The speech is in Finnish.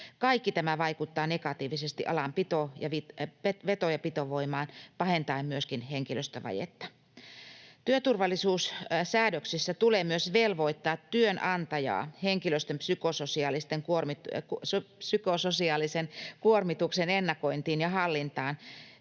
Kaikki tämä vaikuttaa negatiivisesti alan veto- ja pitovoimaan, pahentaen myöskin henkilöstövajetta. Työturvallisuussäännöksissä tulee myös velvoittaa työnantajaa henkilöstön psykososiaalisen kuormituksen ennakointiin ja hallintaan